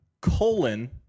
colon